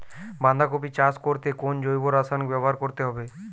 বাঁধাকপি চাষ করতে কোন জৈব রাসায়নিক ব্যবহার করতে হবে?